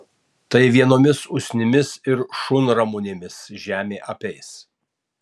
tai vienomis usnimis ir šunramunėmis žemė apeis